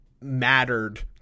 mattered